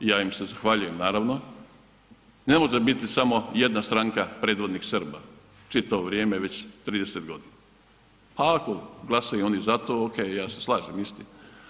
Ja im se zahvaljujem naravno, ne može biti samo jedna stranka predvodik Srba čitavo vrijeme već 30 godina, a ako glasaju oni za to ja se slažem, istina.